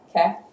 Okay